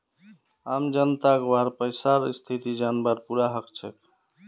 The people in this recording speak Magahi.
आम जनताक वहार पैसार स्थिति जनवार पूरा हक छेक